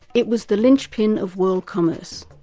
it was the lynchpin of world commerce.